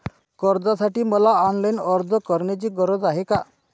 कर्जासाठी मला ऑनलाईन अर्ज करण्याची गरज आहे का?